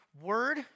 Word